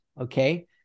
okay